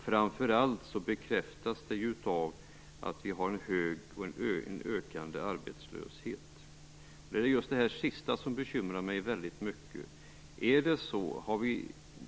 Framför allt bekräftas det av att vi har en hög och ökande arbetslöshet. Det är just det sista som bekymrar mig väldigt mycket.